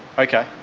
okay,